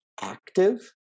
active